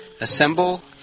Assemble